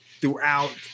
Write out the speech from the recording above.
throughout